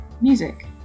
Music